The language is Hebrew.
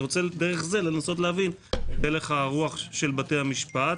מתוך זה אני רוצה להבין את הלך הרוח של בתי המשפט.